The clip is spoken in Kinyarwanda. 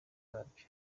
babyo